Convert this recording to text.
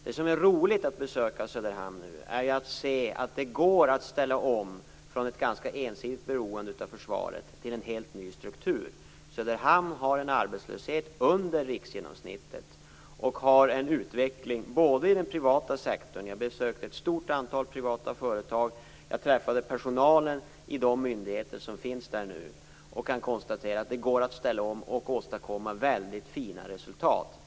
Det som är roligt med att besöka Söderhamn nu är att se att det går att ställa om från ett ganska ensidigt beroende av försvaret till en helt ny struktur. Söderhamn har en arbetslöshet under riksgenomsnittet, och man har också en utveckling i den privata sektorn. Jag besökte ett stort antal privata företag, och jag träffade personalen i de myndigheter som finns där nu. Jag kan konstatera att det går att ställa om och åstadkomma väldigt fina resultat.